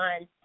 on